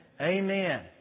Amen